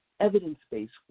Evidence-based